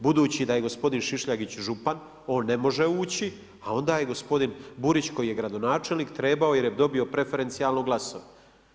Budući da je gospodin Šišljagić župan, on ne može ući, a onda je gospodin Burić, koji je gradonačelnik, trebao, jer je dobio preferencijalno glasove.